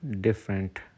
different